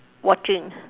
watching